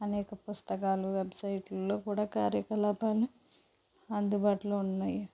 అనేక పుస్తకాలు వెబ్సైట్లో కూడా కార్యకలాపాలు అందుబాటులో ఉన్నాయి